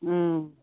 ꯎꯝ